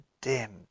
dim